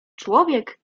człowiek